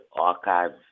archives